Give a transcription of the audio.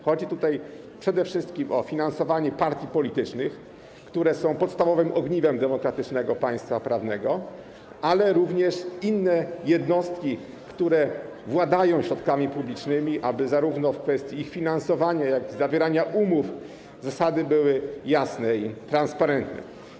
Chodzi tutaj przede wszystkim o finansowanie partii politycznych, które są podstawowym ogniwem demokratycznego państwa prawnego, ale również innych jednostek, które władają środkami publicznymi, aby w kwestii ich finansowania czy zawierania umów zasady były jasne i transparentne.